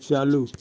चालू